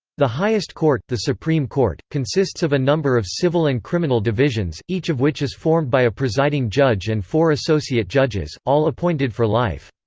the highest court, the supreme court, consists of a number of civil and criminal divisions, each of which is formed by a presiding judge and four associate judges, all appointed for life.